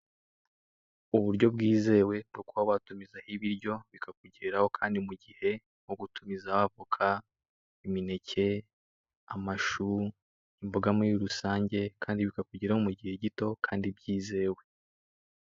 Uburyo bwizewe bwo kuba watumiza ibiryo bikakugeraho, kandi mu gihe uri gutumiza voka, imineke, amashu, imboga muri rusange, kandi bkakugeraho mu gihe gito kandi byizewe.